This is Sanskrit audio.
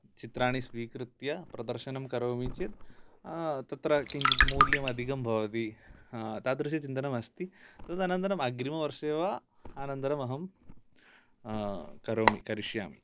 चित्राणि स्वीकृत्य प्रदर्शनं करोमि चेत् तत्र किञ्चित् मूल्यम् अधिकं भवति तादृश चिन्तनम् अस्ति तदनन्तरम् अग्रिमवर्षे वा आनन्तरम् अहं करोमि करिष्यामि